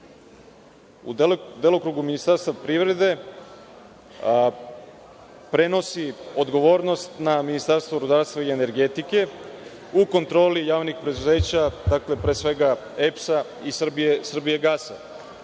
u delokrugu Ministarstva privrede prenosi odgovornost na Ministarstvo rudarstva i energetike u kontroli javnih preduzeća, pre svega EPS-a i „Srbijagasa“.